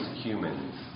humans